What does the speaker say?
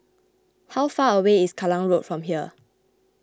how far away is Kallang Road from here